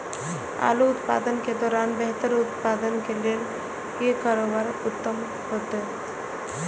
आलू उत्पादन के दौरान बेहतर उत्पादन के लेल की करबाक उत्तम होयत?